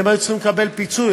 והם צריכים לקבל פיצוי,